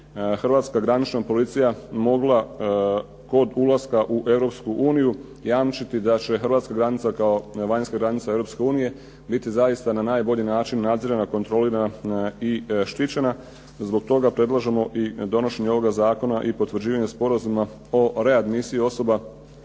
hrvatska granična policija mogla kod ulaska u Europsku uniju jamčiti da će hrvatska granica kao vanjska granica Europske unije biti zaista na najbolji način nadzirana, kontrolirana i štićena. Zbog toga predlažemo i donošenje ovoga zakona i potvrđivanje sporazuma o readmisiji osoba